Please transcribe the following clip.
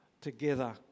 together